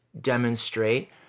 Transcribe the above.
demonstrate